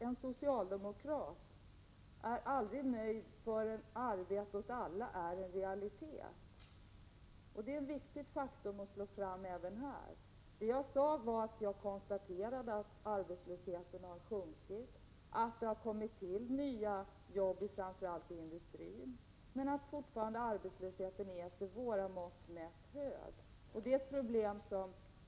En socialdemokrat är aldrig nöjd förrän arbete åt alla är en realitet, och det är viktigt att slå fast det även här. Jag konstaterade att arbetslösheten har sjunkit, att det har kommit till nya jobb i framför allt industrin men att arbetslösheten fortfarande är, mätt med våra mått, hög.